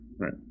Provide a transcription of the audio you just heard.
right